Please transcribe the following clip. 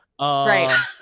right